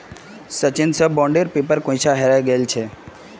सचिन स बॉन्डेर पेपर कोई छा हरई गेल छेक